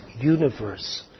universe